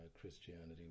Christianity